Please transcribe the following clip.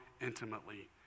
intimately